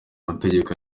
mategeko